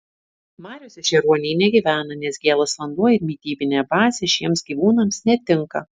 mariose šie ruoniai negyvena nes gėlas vanduo ir mitybinė bazė šiems gyvūnams netinka